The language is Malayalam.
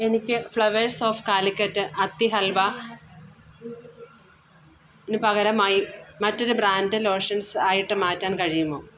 എനിക്ക് ഫ്ലവേഴ്സ് ഓഫ് കാലിക്കറ്റ് അത്തി ഹൽവ ന് പകരമായി മറ്റൊരു ബ്രാൻഡ് ലോഷൻസ് ആയിട്ട് മാറ്റാൻ കഴിയുമോ